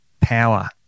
power